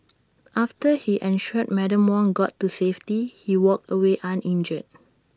after he ensured Madam Wong got to safety he walked away uninjured